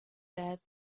that